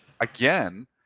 again